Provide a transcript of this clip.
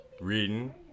Reading